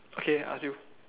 okay I ask you